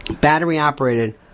battery-operated